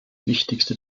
wichtigste